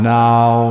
now